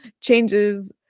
changes